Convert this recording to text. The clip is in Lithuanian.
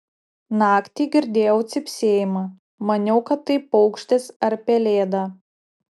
naktį girdėjau cypsėjimą maniau kad tai paukštis ar pelėda